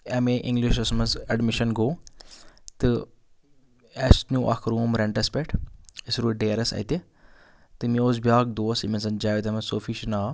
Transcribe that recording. M اے اِنٛگلِشَش منٛز اَٮ۪ڈمِشَن گوٚو تہٕ اَسہِ نیوٗ اَکھ روٗم رٮ۪نٹَس پٮ۪ٹھ أسۍ روٗدۍ ڈیرَس اَتہِ تہٕ مےٚ اوس بیٛاکھ دوس ییٚمِس زَن جاوید احمد صوفی چھُ ناو